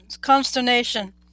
consternation